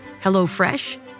HelloFresh